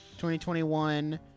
2021